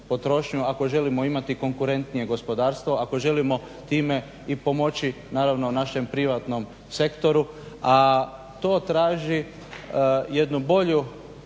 ako želimo imati konkurentnije gospodarstvo ako želimo time i pomoći našem privatnom sektoru, a to traži jednu bolju